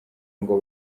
ngo